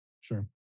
sure